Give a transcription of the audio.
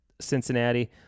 Cincinnati